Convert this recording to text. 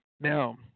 Now